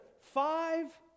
five